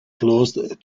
closed